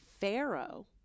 pharaoh